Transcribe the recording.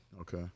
Okay